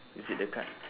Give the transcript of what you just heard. you see the card